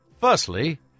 Firstly